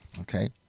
Okay